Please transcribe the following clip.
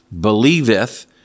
Believeth